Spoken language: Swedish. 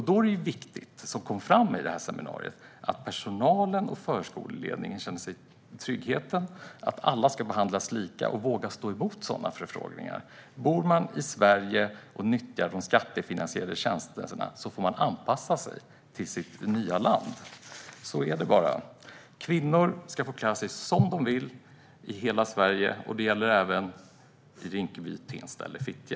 Då är det viktigt att personalen och förskoleledningen känner sig trygga med att alla ska behandlas lika och våga stå emot sådana förfrågningar. Bor man i Sverige och nyttjar skattefinansierade tjänster får man anpassa sig till sitt nya land. Så är det bara. Kvinnor ska få klä sig som de vill i hela Sverige, och det gäller även i Rinkeby, i Tensta eller i Fittja.